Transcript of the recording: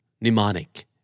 mnemonic